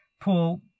Paul